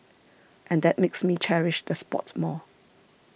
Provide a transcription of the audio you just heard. and that makes me cherish the spot more